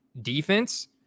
defense